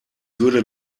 würde